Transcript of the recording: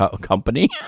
Company